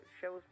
shows